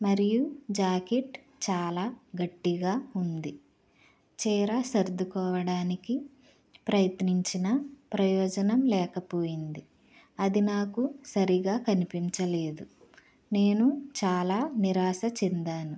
మరియు జాకెట్ చాలా గట్టిగా ఉంది చీర సర్దుకోవడానికి ప్రయత్నించినా ప్రయోజనం లేకపోయింది అది నాకు సరిగ్గా కనిపించలేదు నేను చాలా నిరాశ చెందాను